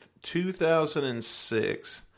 2006